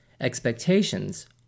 Expectations